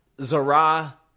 Zara